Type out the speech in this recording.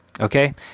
Okay